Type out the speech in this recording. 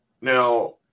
now